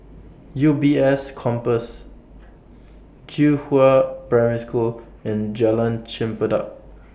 U B S Campus Qihua Primary School and Jalan Chempedak